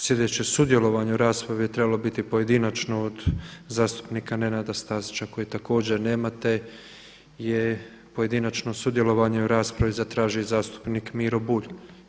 Sljedeće sudjelovanje u raspravi je trebalo biti pojedinačno od zastupnika Nenada Stazića kojeg također nema, te je pojedinačno sudjelovanje u raspravi zatražio i zastupnik Miro Bulj.